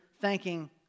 thanking